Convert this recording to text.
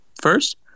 first